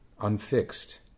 Unfixed